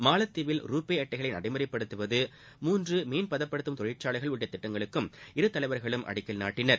மாலத்தீவில் ரூபே அட்டைகளை நடைமுறைப்படுத்துவது மூன்று மீன் பதப்படுத்தும் தொழிற்சாலைகள் உள்ளிட்ட திட்டங்களுக்கும் இரு தலைவர்களும் அடிக்கல் நாட்டினர்